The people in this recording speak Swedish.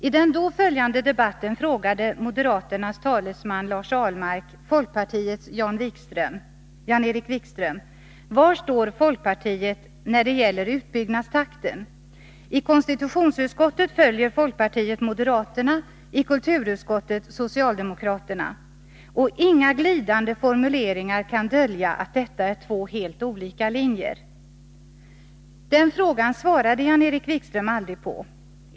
I den då följande debatten frågade moderaternas talesman Lars Ahlmark folkpartiets Jan-Erik Wikström: ”Var står folkpartiet när det gäller utbyggnadstakten? I konstitutionsutskottet följer man moderaterna, i kulturutskottet socialdemokraterna. Och inga glidande formuleringar kan dölja att detta är två helt olika linjer.” Den frågan svarade Jan-Erik Wikström aldrig på.